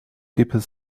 people